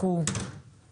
לכו